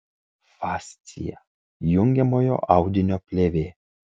fascija jungiamojo audinio plėvė